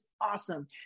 awesome